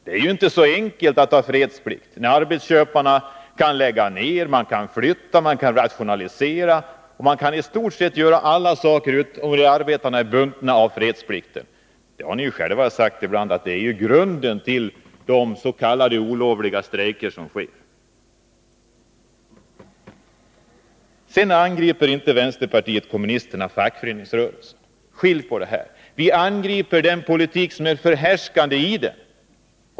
Det är inte så enkelt att bevara fredsplikten, när arbetsköparen kan lägga ned, flytta, rationalisera och i stort sett göra vad som helst, medan arbetarna är bundna av fredsplikten. Ni har själva sagt att det är grunden till de s.k. olovliga strejker som utbryter. Vänsterpartiet kommunisterna angriper inte fackföreningsrörelsen. Skilj på detta! Vi angriper den politik som är förhärskande i den.